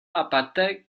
aparte